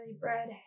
bread